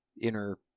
inner